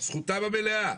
זכותם המלאה.